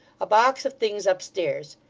a box of things upstairs.